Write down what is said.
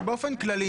ובאופן כללי,